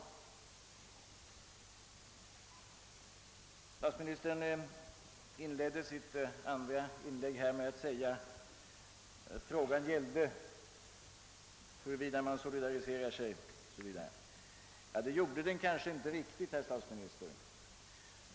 Statsministern inledde sitt andra inlägg med att säga att frågan gällde huruvida man solidariserar sig o.s.v. Ja, det gjorde den kanske inte riktigt, herr statsminister.